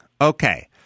Okay